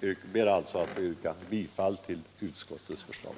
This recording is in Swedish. Jag ber att få yrka bifall till utskottets förslag.